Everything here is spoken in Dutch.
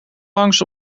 langs